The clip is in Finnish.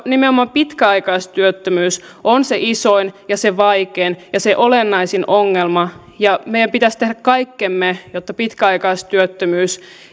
nimenomaan pitkäaikaistyöttömyys on se isoin ja se vaikein ja se olennaisin ongelma ja meidän pitäisi tehdä kaikkemme jotta pitkäaikaistyöttömyys